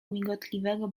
migotliwego